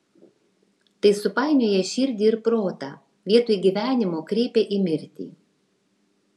tai supainioja širdį ir protą vietoj gyvenimo kreipia į mirtį